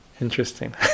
Interesting